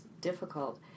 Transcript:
difficult